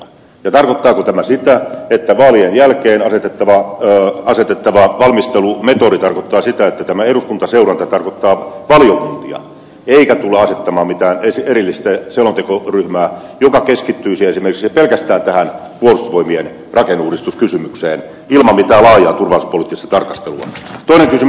ja tarkoittaako tämä sitä että vaalien jälkeen asetettava valmistelumetodi tarkoittaa sitä että tämä eduskuntaseuranta tarkoittaa valiokuntia eikä tulla asettamaan mitään erillistä selontekoryhmää joka keskittyisi esimerkiksi pelkästään puolustusvoimien rakenneuudistuskysymykseen ilman mitään laajaa turvallisuuspoliittista tarkastelua